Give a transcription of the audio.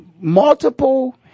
multiple